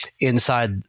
inside